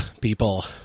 people